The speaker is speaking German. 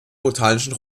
botanischen